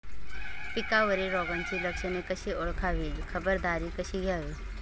पिकावरील रोगाची लक्षणे कशी ओळखावी, खबरदारी कशी घ्यावी?